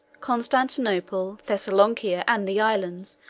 constantinople, thessalonica, and the islands,